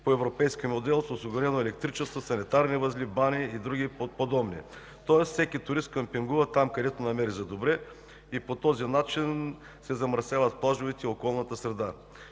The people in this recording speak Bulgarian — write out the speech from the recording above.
по европейски модел – с осигурено електричество, санитарни възли, бани и други подобни, тоест всеки турист къмпингува там, където намери за добре. По този начин се замърсяват плажовете и околната среда.